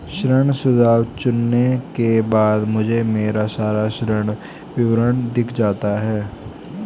ऋण सुझाव चुनने के बाद मुझे मेरा सारा ऋण विवरण दिख जाता है